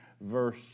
verse